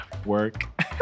work